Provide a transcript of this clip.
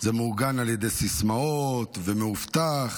זה מעוגן על ידי סיסמאות ומאובטח